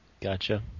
Gotcha